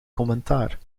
commentaar